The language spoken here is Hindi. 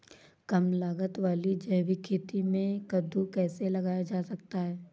कम लागत वाली जैविक खेती में कद्दू कैसे लगाया जा सकता है?